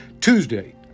Tuesday